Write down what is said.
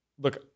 look